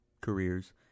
careers